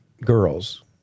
girls